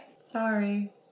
Sorry